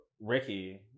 ricky